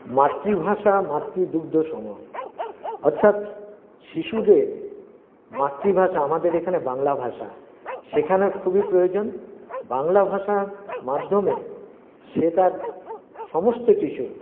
মাতৃভাষা মাতৃদুগ্ধসম অর্থাৎ শিশুদের মাতৃভাষা আমাদের এখানে বাংলা ভাষা শেখানো খুবই প্রয়োজন বাংলা ভাষার মাধ্যমে সে তার সমস্ত কিছু